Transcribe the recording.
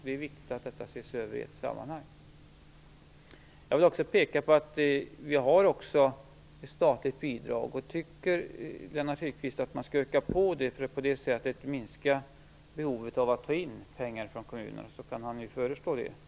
Det är viktigt att detta ses över i ett sammanhang. Jag vill också peka på att vi har ett statligt bidrag. Om Lennart Hedquist tycker att man skall öka på det för att på det sättet minska behovet att ta in pengar från kommunerna kan han ju föreslå det.